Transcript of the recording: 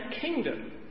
kingdom